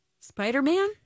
Spider-Man